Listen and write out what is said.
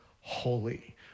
holy